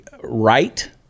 right